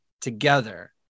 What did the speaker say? together